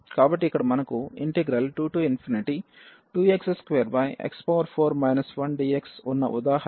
కాబట్టి ఇక్కడ మనకు 22x2x4 1dx ఉన్న ఉదాహరణ ఇది